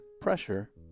pressure